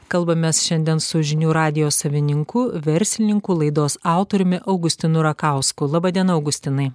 kalbamės šiandien su žinių radijo savininku verslininku laidos autoriumi augustinu rakausku laba diena augustinai